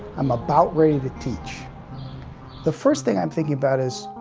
i'm about ready to teach the first thing i'm thinking about is,